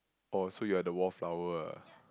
oh so you are the wallflower ah